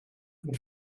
and